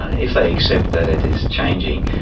if they accept that it is changing,